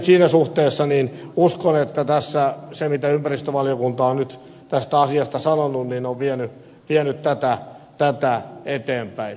siinä suhteessa uskon että tässä se mitä ympäristövaliokunta on nyt tästä asiasta sanonut on vienyt tätä eteenpäin